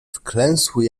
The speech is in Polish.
wklęsły